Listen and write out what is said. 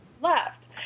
left